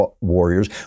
warriors